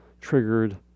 triggered